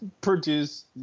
produce